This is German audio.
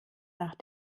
nach